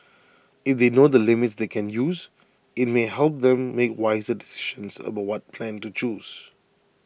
if they know the limits they can use IT may help them make wiser decisions about what plan to choose